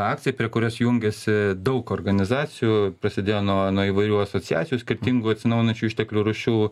akcija prie kurios jungiasi daug organizacijų prasidėjo nuo nuo įvairių asociacijų skirtingų atsinaujinančių išteklių rūšių